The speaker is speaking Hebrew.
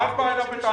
מה את באה אליו בטענות?